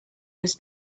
was